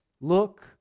Look